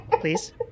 Please